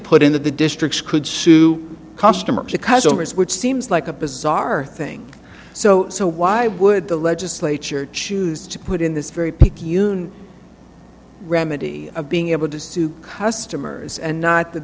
put in that the districts could sue customers to customers which seems like a bizarre thing so so why would the legislature choose to put in this very picky union remedy of being able to sue customers and not the